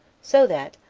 so that,